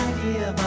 Idea